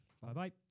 Bye-bye